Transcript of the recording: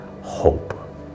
hope